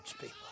people